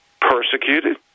persecuted